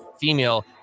female